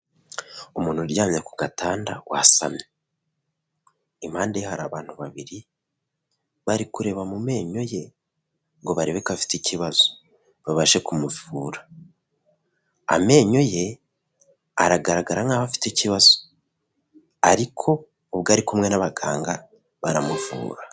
Umuntu uryamye ku gatanda wasamye, impande ye hari abantu babiri bari kureba mu menyo ye, ngo barebe ko afite ikibazo babashe kumuvura, amenyo ye aragaragara nk'aho afite ikibazo, ariko ubwo ari kumwe n'abaganga baramuvura.